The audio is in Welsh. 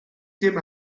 dim